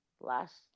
last